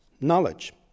knowledge